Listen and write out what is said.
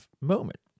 moment